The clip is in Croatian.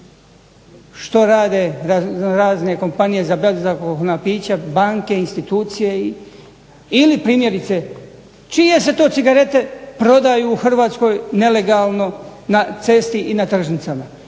Što rade raznorazne kompanije za bezalkoholna pića, banke, institucije ili primjerice čije se to cigarete prodaju u Hrvatskoj nelegalno na cesti i na tržnicama?